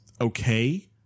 okay